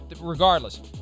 regardless